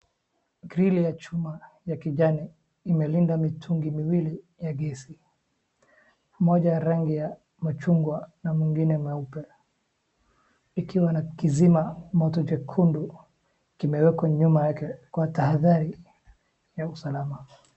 Grili ya chuma ya kijani imelinda mitungi miwili ya gesi, moja ya rangi ya machungwa na mwingine mweupe, ikiwa na kizima moto chekundu imewekwa nyuma yake kwa tahadhari ya usalama.